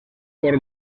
por